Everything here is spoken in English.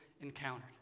encountered